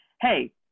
hey